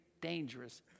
dangerous